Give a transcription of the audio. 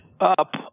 up